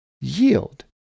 Yield